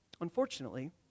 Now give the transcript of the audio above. Unfortunately